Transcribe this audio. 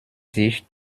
sich